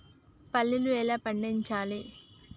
పల్లీలు ఎలా పండించాలి?